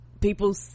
people